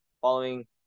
following